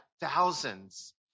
thousands